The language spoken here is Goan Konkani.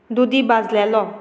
दुदी भाजलेलो